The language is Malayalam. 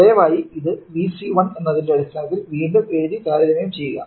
ദയവായി ഇത് Vc1 എന്നതിന്റെ അടിസ്ഥാനത്തിൽ വീണ്ടും എഴുതി താരതമ്യം ചെയ്യുക